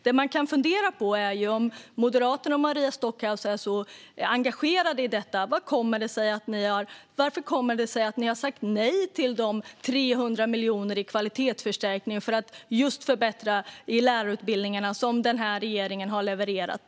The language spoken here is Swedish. Vad man kan fundera på är, om ni moderater och Maria Stockhaus är så engagerade i detta, hur det kommer sig att ni har sagt nej till de 300 miljoner i kvalitetsförstärkning för att just förbättra lärarutbildningarna som den här regeringen har levererat.